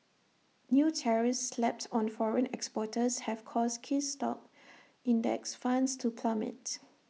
new tariffs slapped on foreign exporters have caused key stock index funds to plummet